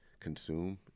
consume